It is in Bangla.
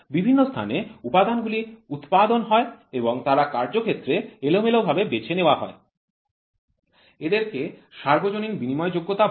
বিভিন্ন স্থানে উপাদানগুলি উৎপাদন হয় এবং তাদেরকে কার্যক্ষেত্রে এলোমেলোভাবে বেছে নেওয়া হয় এদেরকে সর্বজনীন বিনিময়যোগ্যতা বলে